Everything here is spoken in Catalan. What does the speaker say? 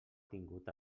tingut